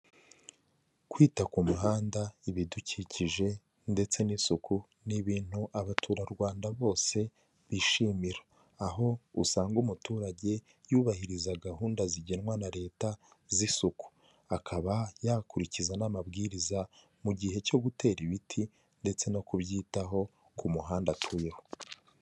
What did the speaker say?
Kwita ku muhanda, ibidukikije ndetse n'isuku ni ibintu Abaturarwanda bose bishimira, aho usanga umuturage yubahiriza gahunda zigenwa na leta z'isuku, akaba yakurikiza n'amabwiriza mu gihe cyo gutera ibiti ndetse no kubyitaho ku muhanda atuyeho.